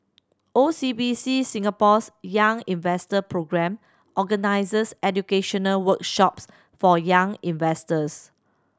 O C B C Singapore's Young Investor Programme organizes educational workshops for young investors